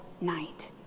night